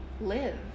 Live